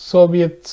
Soviet